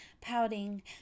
pouting